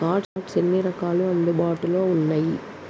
Cards ఎన్ని రకాలు అందుబాటులో ఉన్నయి?